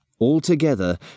Altogether